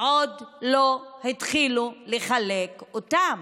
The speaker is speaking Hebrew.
עוד לא התחילו לחלק אותם.